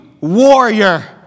warrior